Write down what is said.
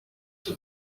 for